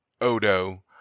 Odo